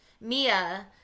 Mia